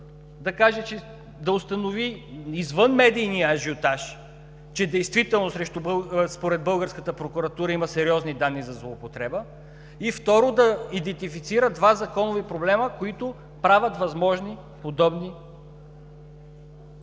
да установи извън медийния ажиотаж, че действително според българската прокуратура има сериозни данни за злоупотреба и, второ, да идентифицира два законови проблема, които правят възможни подобни злоупотреби.